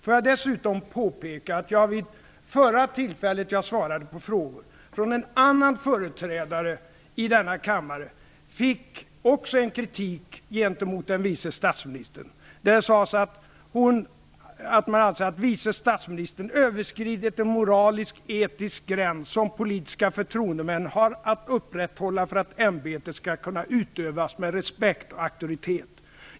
Jag vill dessutom påpeka att jag vid det förra tillfället då jag svarade på frågor också fick ta emot kritik gentemot vice statsministern från en annan företrädare i denna kammare. Det sades att vice statsministern överskridit en moralisk och etisk gräns som politiska förtroendemän har att upprätthålla för att ämbetet skall kunna utövas med respekt och auktoritet.